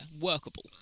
Workable